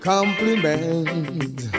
Compliment